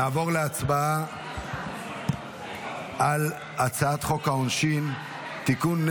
נעבור להצבעה על הצעת חוק העונשין (תיקון,